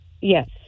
Yes